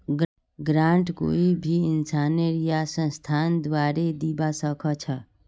grant कोई भी इंसानेर या संस्थार द्वारे दीबा स ख छ